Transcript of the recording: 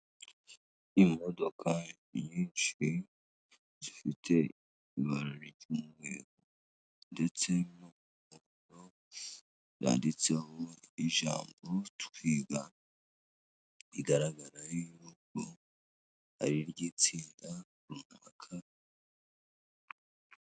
Imodoka nyinshi zifite ibara ry'umweru ndetse n'urupapuro rwanditseho ijambo twiga rigaragara yuko ari itsinda runaka.